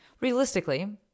realistically